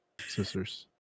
sisters